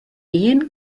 ehen